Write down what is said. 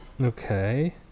Okay